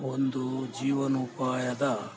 ಒಂದು ಜೀವನೋಪಾಯದ